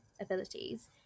abilities